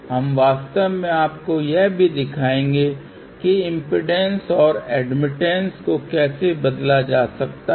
हम वास्तव में आपको यह भी दिखाएंगे कि इम्पीडेन्स और एडमिटन्स को कैसे बदला जा सकता है